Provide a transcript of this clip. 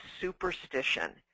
superstition